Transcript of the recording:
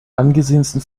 angesehensten